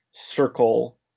circle